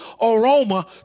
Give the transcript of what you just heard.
aroma